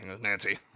Nancy